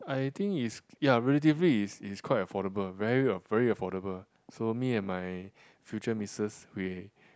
I think is ya relatively is is quite affordable very very affordable so me and my future missus we